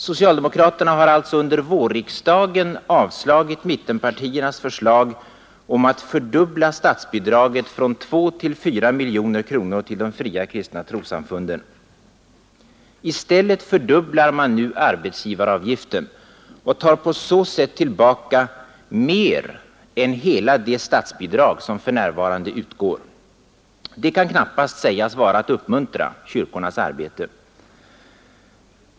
Socialdemokraterna har alltså under vårriksdagen avslagit mittenpartiernas förslag om att fördubbla statsbidraget från 2 till 4 miljoner kronor till de fria kristna trossam funden. I stället fördubblar man nu arbetsgivaravgiften och tar på så sätt tillbaka mer än hela det statsbidrag som för närvarande utgår. Det kan knappast sägas vara att uppmuntra kyrkornas arbete!